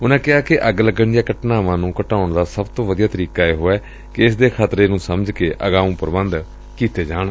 ਉਨੂਾ ਕਿਹਾ ਕਿ ਅੱਗ ਲੱਗਣ ਦੀਆਂ ਘਟਨਾਵਾਂ ਨੂੰ ਘਟਾਉਣ ਦਾ ਸਭ ਤੋਾਂ ਵਧੀਆ ਤਰੀਕਾ ਇਹੋ ਏ ਕਿ ਇਸ ਦੇ ਖ਼ਤਰੇ ਨੂੰ ਸਮਝ ਕੇ ਅਗਾਉਂ ਪੁਬੰਧ ਕੀਤੇ ਜਾਣ